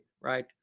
right